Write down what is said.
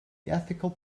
ethical